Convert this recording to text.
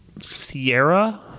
Sierra